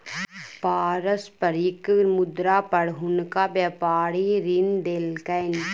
पारस्परिक मुद्रा पर हुनका व्यापारी ऋण देलकैन